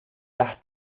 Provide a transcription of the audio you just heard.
las